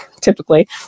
typically